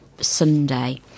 Sunday